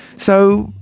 so,